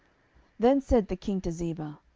then said the king to ziba,